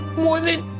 more than,